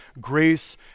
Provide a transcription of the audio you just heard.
grace